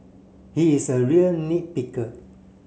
he is a real nit picker